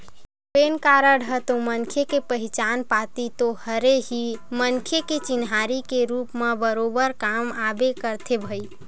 PAN card ह तो मनखे के पहचान पाती तो हरे ही मनखे के चिन्हारी के रुप म बरोबर काम आबे करथे भई